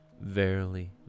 Verily